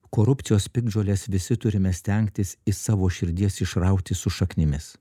korupcijos piktžoles visi turime stengtis iš savo širdies išrauti su šaknimis